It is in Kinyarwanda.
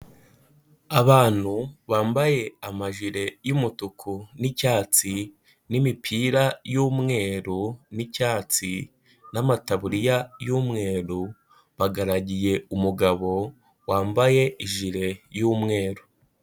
Abantu bambaye amajire y'umutuku n'icyatsi, n'imipira y'umweru n'icyatsi, n'amataburiya y'umweru, bagaragiye umugabo wambaye ijire y'umweru.